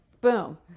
boom